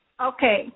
Okay